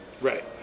right